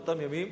באותם ימים.